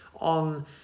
on